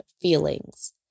feelings